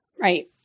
right